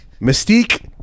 Mystique